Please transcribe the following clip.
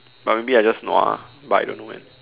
but maybe I just nua but I don't know when